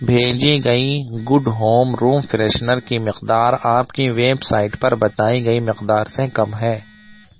بھیجی گئی good home room freshener کی مقدار آپ کی ویبسائٹ پر بتائی گئی مقدار سے کم ہے